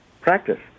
practice